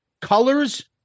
colors